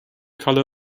color